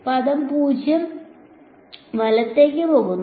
പദം 0 വലത്തേക്ക് പോകും